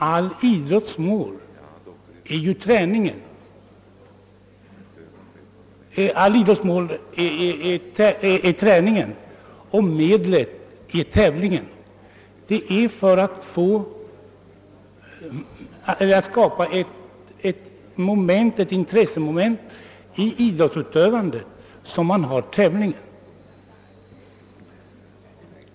All idrotts mål är ju träningen, och medlet är tävlingen; det är för att skapa ett intressemoment i idrottsutövandet som man har tävlingen.